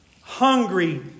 Hungry